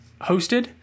hosted